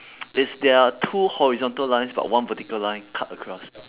is they're two horizontal lines but one vertical line cut across